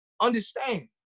understand